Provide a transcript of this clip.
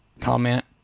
comment